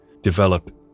develop